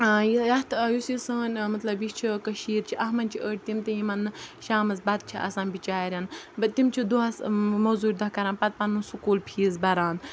یَتھ یُس یہِ سٲنۍ مطلب یہِ چھِ کٔشیٖر چھِ اَتھ منٛز چھِ أڑۍ تِم تہِ یِمَن نہٕ شامَس بَتہٕ چھِ آسان بِچارٮ۪ن تِم چھِ دۄہَس مٔزوٗرۍ دۄہ کَران پَتہٕ پَنُن سکوٗل فیٖس بَران